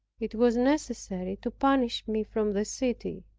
it was necessary to banish me from the city.